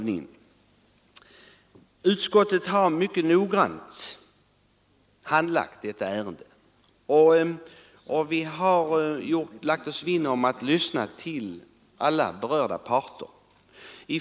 Utskottet har mycket noggrant handlagt detta ärende. Vi har lagt oss vinn om att lyssna till alla berörda parter.